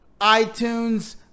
iTunes